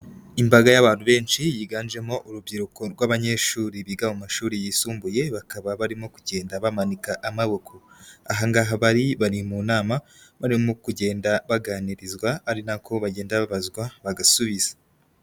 Imbaga y'abantu benshi yiganjemo urubyiruko rw'abanyeshuri biga mu mashuri yisumbuye bakaba barimo kugenda bamanika amaboko, aha ngaha bari bari mu nama barimo kugenda baganirizwa ari nako bagenda babazwa bagasubiza.